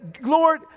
Lord